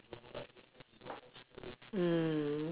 mm